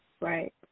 Right